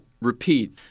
repeat